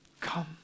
come